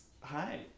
hi